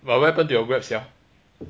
but what happen to your Grab sia